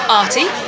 arty